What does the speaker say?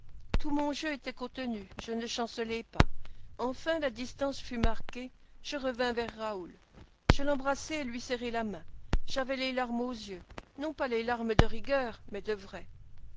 tout mon jeu était contenu je ne chancelai pas enfin la distance fut marquée je revins vers raoul je l'embrassai et lui serrai la main j'avais les larmes aux yeux non pas les larmes de rigueur mais de vraies